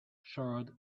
charred